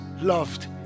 loved